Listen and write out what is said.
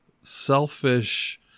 selfish